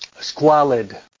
Squalid